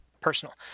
personal